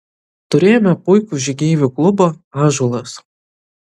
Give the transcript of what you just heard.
turėjome puikų žygeivių klubą ąžuolas